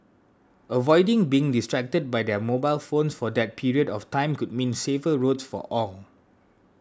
avoiding being distracted by their mobile phones for that period of time could mean safer roads for all